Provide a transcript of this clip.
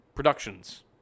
Productions